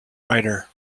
writer